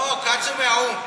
לא, כץ הוא מהאו"ם.